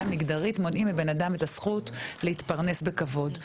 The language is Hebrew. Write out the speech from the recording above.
מגדרית מונעים מבן אדם את הזכות להתפרנס בכבוד.